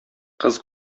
кыз